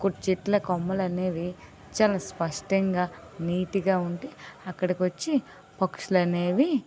కుట్ చెట్ల కొమ్మలు అనేవి చాలా స్పష్టంగా నీట్గా ఉంటే అక్కడికి వచ్చి పక్షులు అనేవి